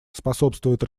способствуют